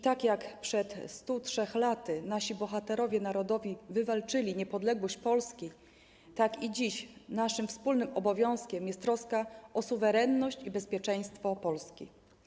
Tak jak przed 103 laty nasi bohaterowie narodowi wywalczyli niepodległość Polski, tak i dziś naszym wspólnym obowiązkiem jest troska o suwerenność i bezpieczeństwo Polski.